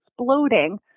exploding